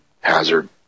hazard